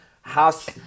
house